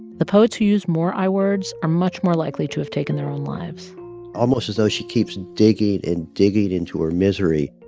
the poets who used more i words are much more likely to have taken their own lives almost as though she keeps digging and digging into her misery,